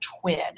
twin